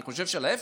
אני חושב להפך,